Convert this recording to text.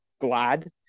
glad